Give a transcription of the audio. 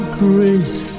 grace